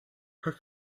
her